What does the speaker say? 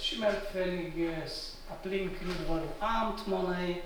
šimelpfenigis aplinkinių dvarų amtmonai